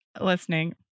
listening